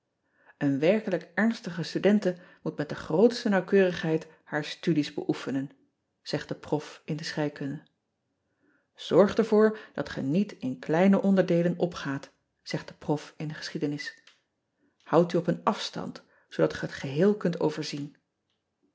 en werkelijk ernstige studente moet met de grootste nauwkeurigheid haar studies beoefenen zegt de rof in de scheikunde orgt ervoor dat ge niet in kleine onderdeelen opgaat zegt de rof in de geschiedenis oudt u op een afstand zoodat ge het geheel kunt overzien